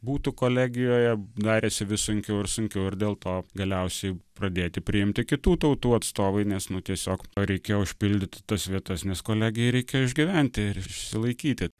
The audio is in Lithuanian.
būtų kolegijoje darėsi vis sunkiau ir sunkiau ir dėl to galiausiai pradėti priimti kitų tautų atstovai nes nu tiesiog reikėjo užpildyti tas vietas nes kolegijai reikėjo išgyventi ir išsilaikyti